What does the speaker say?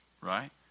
Right